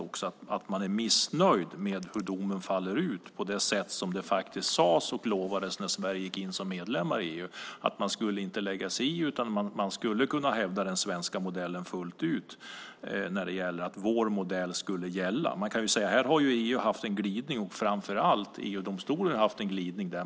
Det gäller att man är missnöjd med hur domen faller ut med tanke på vad som faktiskt sades och lovades när Sverige gick in som medlem i EU, att man inte skulle lägga sig i. Man skulle kunna hävda den svenska modellen fullt ut när det gäller att vår modell skulle gälla. Man kan säga: Här har EU och framför allt EG-domstolen haft en glidning.